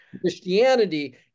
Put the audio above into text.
Christianity